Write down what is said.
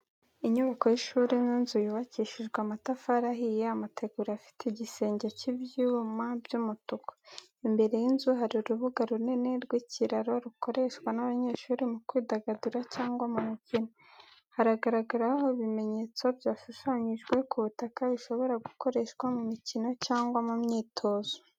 Inyubako y’ishuri. Ni inzu yubakishijwe amatafari ahiye, amategura afite igisenge cy’ibyuma by’umutuku. Imbere y’inzu hari urubuga runini rw’ikiraro, rukoreshwa n’abanyeshuri mu kwidagadura cyangwa mu mikino. Haragaragaraho ibimenyetso byashushanyijwe ku butaka bishobora gukoreshwa mu mikino cyangwa mu myitozo.